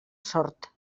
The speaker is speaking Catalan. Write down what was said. sord